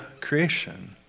creation